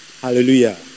Hallelujah